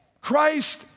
Christ